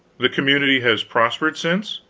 the community has prospered since?